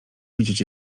widzieć